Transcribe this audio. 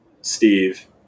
Steve